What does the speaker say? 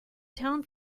town